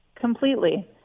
Completely